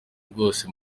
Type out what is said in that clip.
bwose